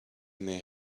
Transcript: may